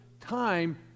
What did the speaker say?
time